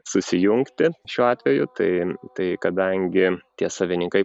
susijungti šiuo atveju tai tai kadangi tie savininkai